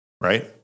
Right